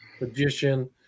magician